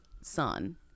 son